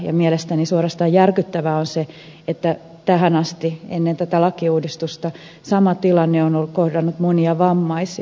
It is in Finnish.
ja mielestäni suorastaan järkyttävää on se että tähän asti ennen tätä lakiuudistusta sama tilanne on kohdannut monia vammaisia